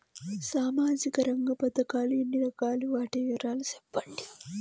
సామాజిక రంగ పథకాలు ఎన్ని రకాలు? వాటి వివరాలు సెప్పండి